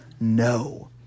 No